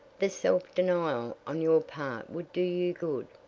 the self-denial on your part would do you good.